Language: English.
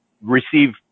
receive